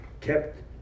kept